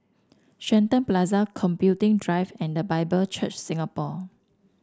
Shenton Plaza Computing Drive and The Bible Church Singapore